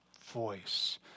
voice